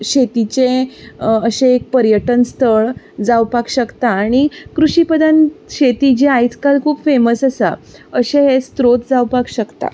शेतीचें अशें एक पर्यटन स्थळ जावपाक शकता आणी कृषीप्रधान शेती जी आयज काल खूब फॅमस आसा अशें हें स्त्रोत जावपाक शकता